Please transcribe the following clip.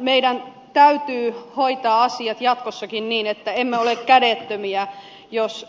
meidän täytyy hoitaa asiat jatkossakin niin että emme ole kädettömiä jos